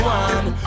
one